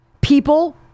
people